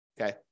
Okay